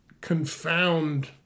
confound